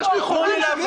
יש לי חורים כאלה בחלונות.